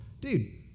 Dude